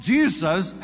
Jesus